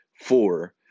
four